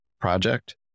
project